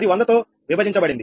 అది 100 తో విభజించబడింది